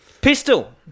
Pistol